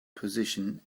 position